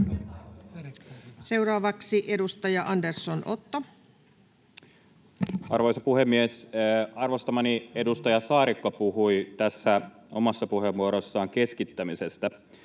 Time: 15:27 Content: Arvoisa puhemies! Arvostamani edustaja Saarikko puhui omassa puheenvuorossaan keskittämisestä.